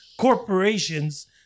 corporations